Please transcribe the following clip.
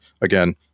again